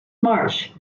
marsh